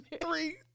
three